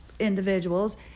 Individuals